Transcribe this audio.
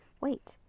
Wait